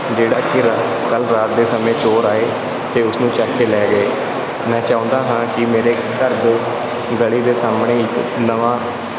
ਜਿਹੜਾ ਕਿ ਰਾ ਕੱਲ੍ਹ ਰਾਤ ਦੇ ਸਮੇਂ ਚੋਰ ਆਏ ਅਤੇ ਉਸਨੂੰ ਚੁੱਕ ਕੇ ਲੈ ਗਏ ਮੈਂ ਚਾਹੁੰਦਾ ਹਾਂ ਕਿ ਮੇਰੇ ਘਰ ਦੇ ਗਲੀ ਦੇ ਸਾਹਮਣੇ ਇੱਕ ਨਵਾਂ